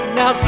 Now